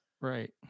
right